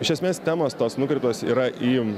iš esmės temos tos nukreiptos yra į